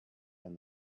and